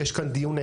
נותנות להם דיור,